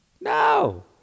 No